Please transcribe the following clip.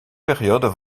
periode